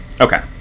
Okay